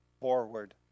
forward